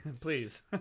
please